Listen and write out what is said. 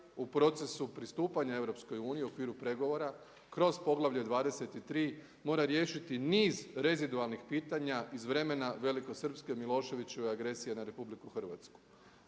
u procesu pristupanja EU u okviru pregovora, kroz poglavlje 23 mora riješiti niz rezidualnih pitanja iz vremena velikosrpske Miloševićeve agresije na RH i tu